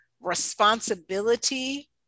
responsibility